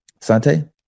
Sante